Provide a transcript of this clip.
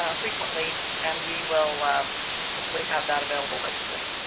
um frequently, and we will hopefully have that available by spring.